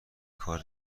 کار